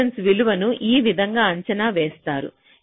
resistance విలువను ఈ విధంగా అంచనా వేస్తారు